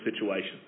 situation